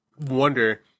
wonder